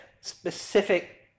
specific